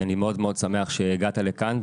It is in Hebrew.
אני מאוד-מאוד שמח שהגעת לכאן.